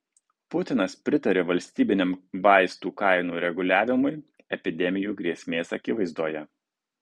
putinas pritarė valstybiniam vaistų kainų reguliavimui epidemijų grėsmės akivaizdoje